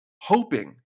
hoping